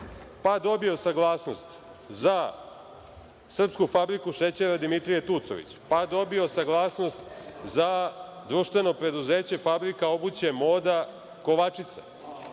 Pa, dobio saglasnost za srpsku fabriku šećera „Dimitrije Tucović“, pa dobio saglasnost za društveno preduzeće Fabrika obuće „Moda“ Kovačica,